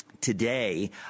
today